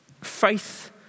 faith